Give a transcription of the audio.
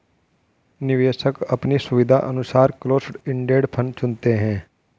निवेशक अपने सुविधानुसार क्लोस्ड इंडेड फंड चुनते है